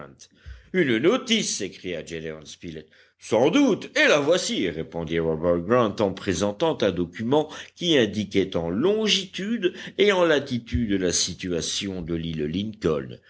une notice s'écria gédéon spilett sans doute et la voici répondit robert grant en présentant un document qui indiquait en longitude et en latitude la situation de l'île lincoln